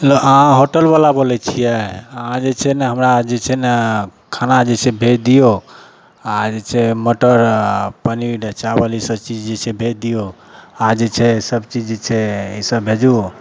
अहाँ होटल बला बोलै छियै अहाँ जे छै ने हमरा जे छै ने खाना जे छै भेज दियौ आ जे छै मटर पनीर चाबल ईसब चीज जे छै भेज दियौ आ जे छै सब चीज छै ईसब भेजू